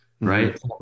right